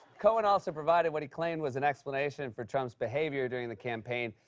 cohen also provided what he claimed was an explanation for trump's behavior during the campaign.